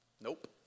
Nope